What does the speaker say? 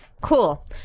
Cool